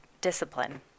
discipline